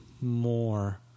more